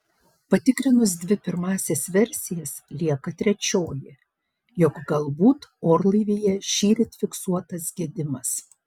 patikrinus dvi pirmąsias versijas lieka trečioji jog galbūt orlaivyje šįryt fiksuotas gedimas